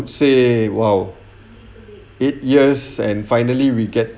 say !wow! eight years and finally we get